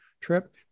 trip